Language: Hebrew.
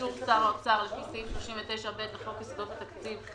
באישור שר האוצר לפי סעיף 39ב לחוק יסודות התקציב,